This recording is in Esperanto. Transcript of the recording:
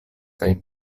kaj